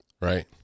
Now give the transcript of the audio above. Right